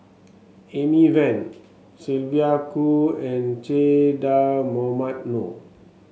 Amy Van Sylvia Kho and Che Dah Mohamed Noor